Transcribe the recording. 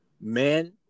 men